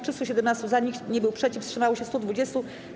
317 - za, nikt nie był przeciw, wstrzymało się 120.